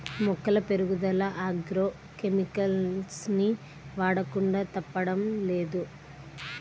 మొక్కల పెరుగుదల agro chemicals ని వాడకుండా తప్పడం లేదు